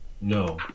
No